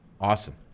Awesome